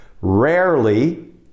rarely